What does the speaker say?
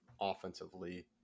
offensively